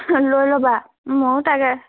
লৈ ল'বা ময়ো তাকে